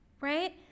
right